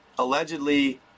Allegedly